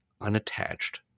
unattached